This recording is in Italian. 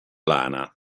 lana